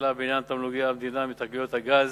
שאלה בעניין תגמולי המדינה מתגליות הגז.